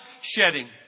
shedding